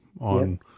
on